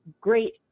great